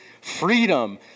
freedom